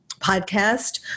podcast